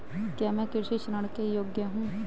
क्या मैं कृषि ऋण के योग्य हूँ?